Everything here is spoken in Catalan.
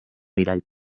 mirall